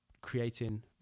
creating